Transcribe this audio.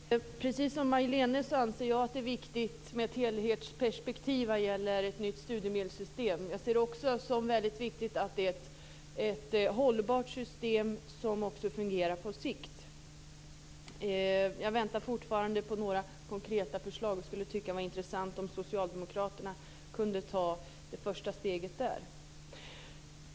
Fru talman! Precis som Majléne Westerlund Panke anser jag att det är viktigt med ett ekonomiskt perspektiv vad gäller ett nytt studiemedelssystem. Jag ser det också som viktigt att ha ett hållbart system, som fungerar på sikt. Jag väntar fortfarande på några konkreta förslag. Det skulle vara intressant om socialdemokraterna kunde ta det första steget där.